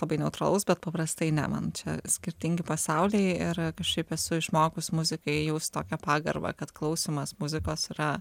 labai neutralus bet paprastai ne man čia skirtingi pasauliai ir kažkaip esu išmokus muzikai jaust tokią pagarbą kad klausymas muzikos yra